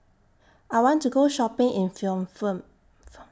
I want to Go Shopping in Phnom Penh